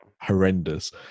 horrendous